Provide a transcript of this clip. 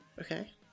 okay